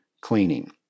cleaning